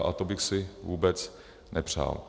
A to bych si vůbec nepřál.